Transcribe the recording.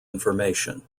information